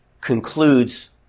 concludes